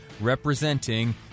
representing